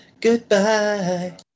Goodbye